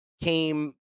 came